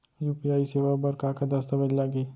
UPI सेवा बर का का दस्तावेज लागही?